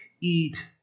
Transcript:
eat